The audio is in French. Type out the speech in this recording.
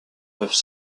peuvent